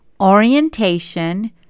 orientation